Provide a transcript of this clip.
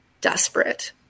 desperate